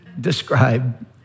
describe